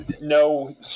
no